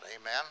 amen